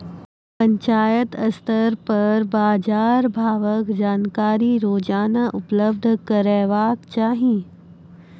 पंचायत स्तर पर बाजार भावक जानकारी रोजाना उपलब्ध करैवाक चाही?